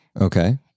Okay